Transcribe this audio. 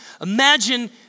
Imagine